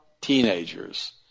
teenagers